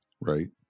right